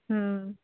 ಹ್ಞೂ